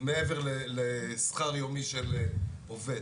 מעבר לשכר יומי של עובד,